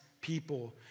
people